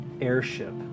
airship